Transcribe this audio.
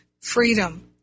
Freedom